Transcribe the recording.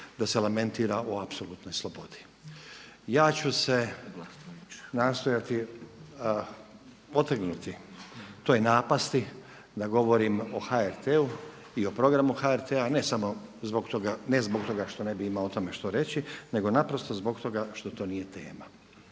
da se lamentira o apsolutnoj slobodi. Ja ću se nastojati otrgnuti toj napasti da govorim o HRT-u i o programu HRT-a, ne samo zbog toga što ne bi imao o tome što reći, nego naprosto zbog toga što to nije tema.